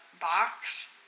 box